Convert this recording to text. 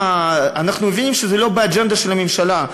אנחנו מבינים שזה לא באג'נדה של הממשלה.